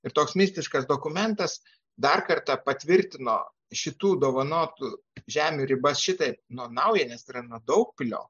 ir toks mistiškas dokumentas dar kartą patvirtino šitų dovanotų žemių ribas šitaip nuo naujnės tai yra nuo daugpilio